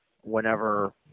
whenever